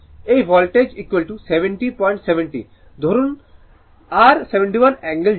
এবং ভোল্টেজ 707 ধরুন যাটা r 71 অ্যাঙ্গেল 0o